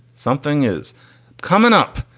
something is coming up.